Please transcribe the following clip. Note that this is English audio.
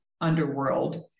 underworld